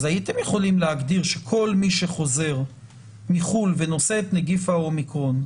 הייתם יכולים להגדיר שכל מי שחוזר מחו"ל ונושא את נגיף האומיקרון,